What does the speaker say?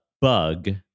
Bug